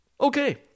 Okay